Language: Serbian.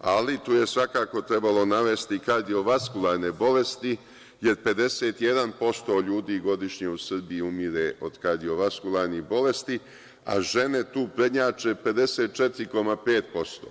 ali tu je svakako trebalo navesti kardiovaskularne bolesti, jer 51% ljudi godišnje u Srbiji umire od kardiovaskularnih bolesti, a žene tu prednjače 54,5%